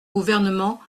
gouvernement